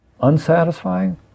Unsatisfying